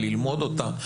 ללמוד אותה,